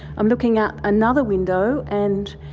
i'm looking out another window and